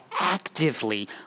actively